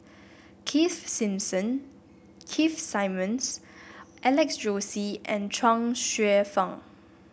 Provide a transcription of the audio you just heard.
Keith Keith Simmons Alex Josey and Chuang Hsueh Fang